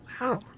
Wow